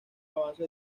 avance